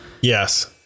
Yes